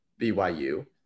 BYU